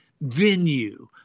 venue